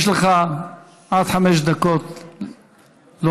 יש לך עד חמש דקות לומר,